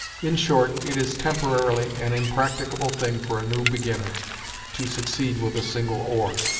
in short it is, temporarily, an impracticable thing for a new beginner to succeed with a single oar,